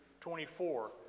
24